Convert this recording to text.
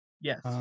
Yes